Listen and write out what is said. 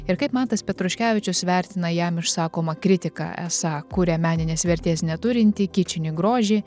ir kaip mantas petruškevičius vertina jam išsakomą kritiką esą kuria meninės vertės neturintį kičinį grožį